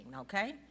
okay